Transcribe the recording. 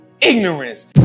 ignorance